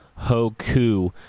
Hoku